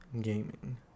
gaming